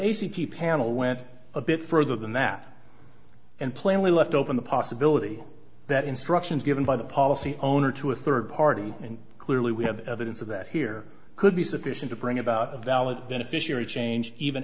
p panel went a bit further than that and plainly left open the possibility that instructions given by the policy owner to a third party and clearly we have evidence of that here could be sufficient to bring about a valid beneficiary change even